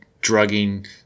drugging